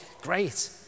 Great